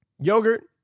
Yogurt